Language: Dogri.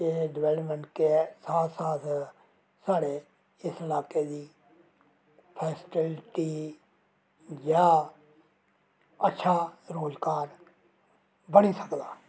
एह् डवैलमैंट के साथ साथ साढ़ा इस ल्हाके दी फैसलिटी जां अच्छा रोजगार बनी सकदा